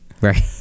Right